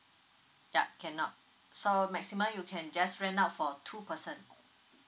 yup cannot so maximum you can just rent out for two person